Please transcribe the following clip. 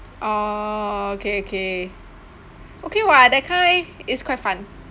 orh okay okay okay [what] that kind it's quite fun